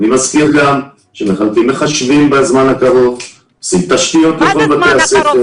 אני מזכיר שמחלקים מחשבים בזמן הקרוב --- מה זה בזמן הקרוב?